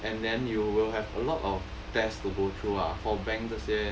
and then you will have a lot of tests to go through ah for bank 这些